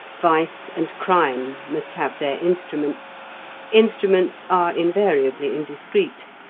vice and crime must have their instruments instruments are invariably indiscreet,